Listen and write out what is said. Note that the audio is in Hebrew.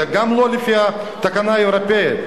זה גם לא לפי התקנה האירופית.